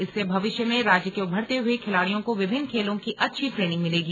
इससे भविष्य में राज्य के उभरते हुए खिलाड़ियों को विभिन्न खेलों की अच्छी ट्रेनिंग मिलेगी